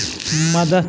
مدد